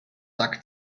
zack